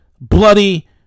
bloody